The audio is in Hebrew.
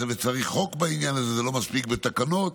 צריך חוק בעניין הזה, זה לא מספיק בתקנות,